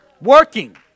Working